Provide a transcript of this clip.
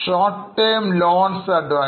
e short term loans and advances